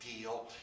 deal